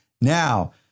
Now